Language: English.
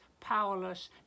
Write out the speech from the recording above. powerless